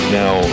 now